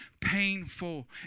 painful